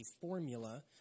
formula